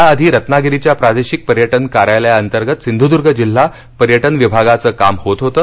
याआधी रत्नागिरीच्या प्रादेशिक पर्यटन कार्यालयांतर्गत सिंधूद्र्ग जिल्हा पर्यटन विभागाचं कार्यालय येत होतं